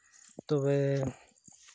ᱛᱚᱵᱮ